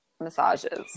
massages